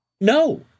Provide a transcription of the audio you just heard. no